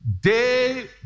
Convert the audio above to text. day